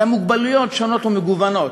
והמוגבלויות שונות ומגוונות.